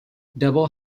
double